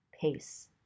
pace